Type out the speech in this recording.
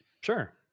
sure